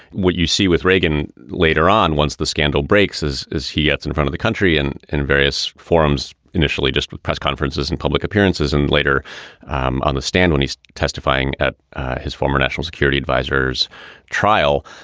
what you see with reagan later on, once the scandal breaks, is is he gets in front of the country and in various forums, initially just press conferences and public appearances and later um on the stand when he's testifying at his former national security advisers trial.